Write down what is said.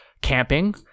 camping